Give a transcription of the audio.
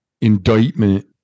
indictment